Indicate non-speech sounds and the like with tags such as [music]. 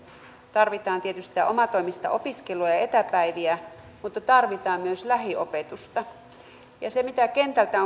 ja tietysti sitä omatoimista opiskelua ja etäpäiviä mutta tarvitaan myös lähiopetusta kentältä [unintelligible]